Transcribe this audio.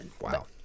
Wow